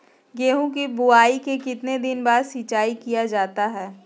गेंहू की बोआई के कितने दिन बाद सिंचाई किया जाता है?